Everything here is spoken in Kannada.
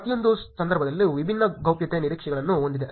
ಪ್ರತಿಯೊಂದು ಸಂದರ್ಭವೂ ವಿಭಿನ್ನ ಗೌಪ್ಯತೆ ನಿರೀಕ್ಷೆಗಳನ್ನು ಹೊಂದಿದೆ